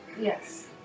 Yes